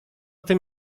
tym